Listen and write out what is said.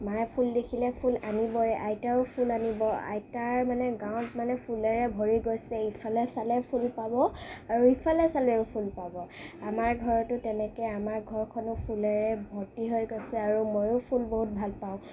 মাই ফুল দেখিলে ফুল আনিবই আইতায়ো ফুল আনিব আইতাৰ মানে গাঁৱত মানে ফুলেৰে ভৰি গৈছে ইফালে চালে ফুল পাব আৰু ইফালে চালেও ফুল পাব আমাৰ ঘৰতো তেনেকৈ আমাৰ ঘৰখনো ফুলেৰে ভৰ্তি হৈ গৈছে আৰু ময়ো ফুল বহুত ভাল পাওঁ